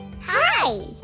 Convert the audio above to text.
Hi